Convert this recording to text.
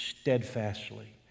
steadfastly